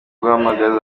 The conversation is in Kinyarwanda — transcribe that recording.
guhamagaza